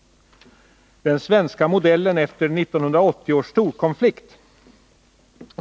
Den svenska modellen efter 1980 års storkonflikt”.